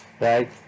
right